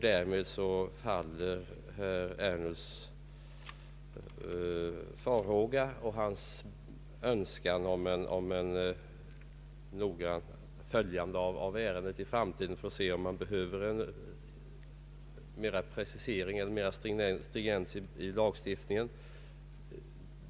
Därmed faller herr Ernulfs farhågor och hans önskan om att ärendet noga skall följas i framtiden för att fastställa om man behöver en mera preciserad eller stringent lagstiftning.